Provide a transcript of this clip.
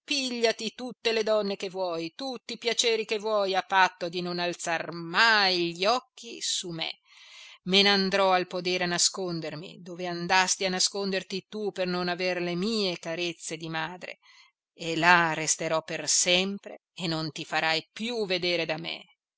pigliati tutte le donne che vuoi tutti i piaceri che vuoi a patto di non alzar mai gli occhi su me me n'andrò al podere a nascondermi dove andasti a nasconderti tu per non aver le mie carezze di madre e là resterò per sempre e non ti farai più vedere da me